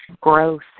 growth